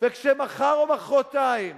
וכשמחר או מחרתיים